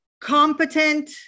competent